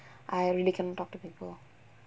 I really cannot talk to people